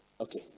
okay